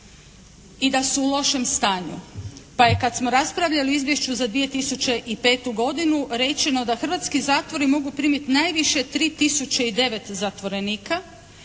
i da su u lošem stanju pa je kad smo raspravljali o izvješću za 2005. godinu rečeno da hrvatski zatvori mogu primiti najviše 3 tisuće i 9 zatvorenika